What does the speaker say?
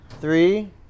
three